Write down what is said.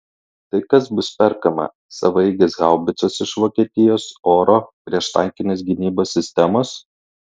tai kas bus perkama savaeigės haubicos iš vokietijos oro prieštankinės gynybos sistemos